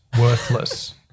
worthless